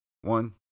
one